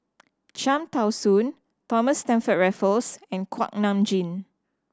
Cham Tao Soon Thomas Stamford Raffles and Kuak Nam Jin